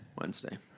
wednesday